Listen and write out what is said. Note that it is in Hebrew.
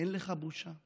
אין לך בושה?